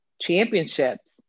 championships